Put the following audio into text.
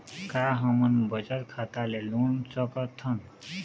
का हमन बचत खाता ले लोन सकथन?